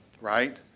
right